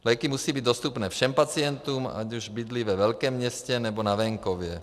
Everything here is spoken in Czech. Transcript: Léky musí být dostupné všem pacientům, ať už bydlí ve velkém městě, nebo na venkově.